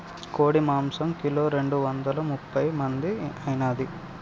కోడి మాంసం కిలో రెండు వందల ముప్పై మంది ఐనాది